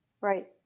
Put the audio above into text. right